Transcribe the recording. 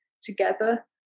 together